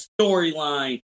storyline